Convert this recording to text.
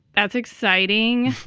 that's exciting.